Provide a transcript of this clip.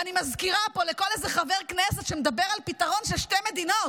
ואני מזכירה פה לכל איזה חבר כנסת שמדבר על פתרון של שתי מדינות,